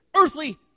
earthly